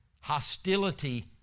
hostility